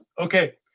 ok.